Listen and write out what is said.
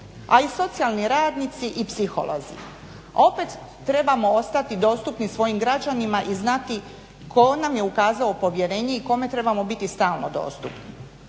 a i socijalni radnici i psiholozi. Opet trebamo ostati dostupni svojim građanima i znati tko nam je ukazao povjerenje i kome trebamo biti stalno dostupni.